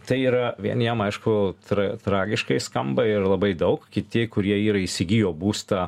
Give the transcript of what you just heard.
tai yra vieniem aišku tra tragiškai skamba ir labai daug kiti kurie yra įsigijo būstą